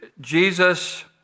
Jesus